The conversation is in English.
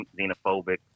xenophobic